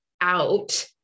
out